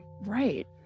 Right